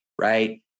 right